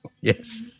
Yes